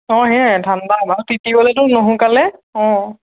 অঁ সেয়া ঠাণ্ডা আৰু তিতি গ'লেতো নোশোকালে অঁ